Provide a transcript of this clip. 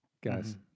Guys